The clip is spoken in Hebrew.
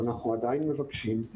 ואנחנו עדיין מבקשים,